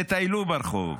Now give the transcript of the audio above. תטיילו ברחוב,